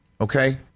okay